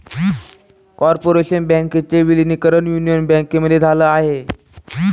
corporation बँकेचे विलीनीकरण union बँकेमध्ये झाल आहे